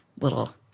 little